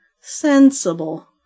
sensible